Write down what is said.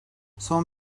son